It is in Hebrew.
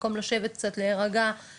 מקום לשבת קצת להירגע,